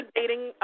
dating